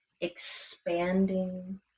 expanding